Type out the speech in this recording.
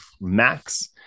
Max